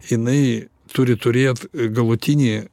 jinai turi turėt galutinį